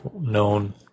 known